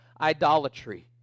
idolatry